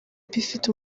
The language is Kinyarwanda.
ifite